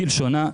כלשונה,